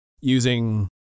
using